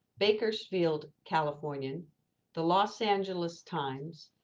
bakersfield california, in the los angeles times,